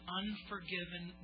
unforgiven